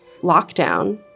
lockdown